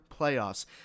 playoffs